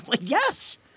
yes